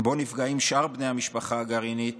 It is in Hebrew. שבו נפגעים שאר בני המשפחה הגרעינית,